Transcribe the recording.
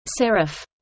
serif